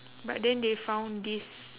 but then they found this